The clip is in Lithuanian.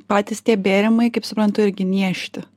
patys tie bėrimai kaip suprantu irgi niežti